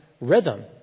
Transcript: rhythm